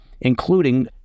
including